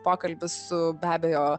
pokalbis su be abejo